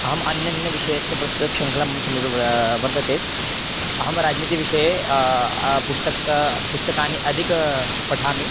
अहम् अन्यान्यविषयस्य पुस्तकशृङ्खला समीपे वर्तते अहं राजनीतिविषये पुस्तकं पुस्तकानि अधिकं पठामि